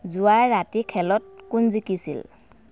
যোৱা ৰাতি খেলত কোন জিকিছিল